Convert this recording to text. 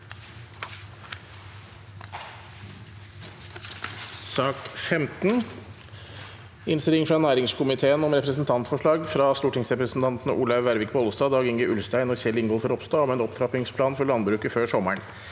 Innstilling fra næringskomiteen om Representantfor- slag fra stortingsrepresentantene Olaug Vervik Bollestad, Dag-Inge Ulstein og Kjell Ingolf Ropstad om en opptrap- pingsplan for landbruket før sommeren